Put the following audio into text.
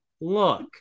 Look